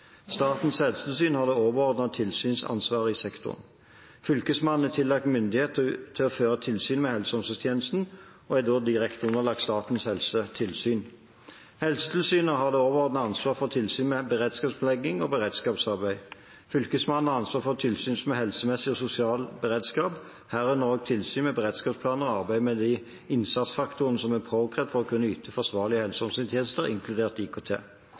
Statens helsetilsyn har det overordnede tilsynsansvaret i sektoren. Fylkesmannen er tillagt myndighet til å føre tilsyn med helse- og omsorgstjenesten – og er da direkte underlagt Statens helsetilsyn. Helsetilsynet har det overordnede ansvaret for tilsyn med beredskapsplanlegging og beredskapsarbeid. Fylkesmannen har ansvar for tilsyn med helsemessig og sosial beredskap, herunder tilsyn med beredskapsplaner og arbeid med de innsatsfaktorene som er påkrevet for å kunne yte forsvarlige helse- og omsorgstjenester, inkludert IKT.